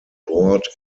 board